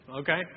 Okay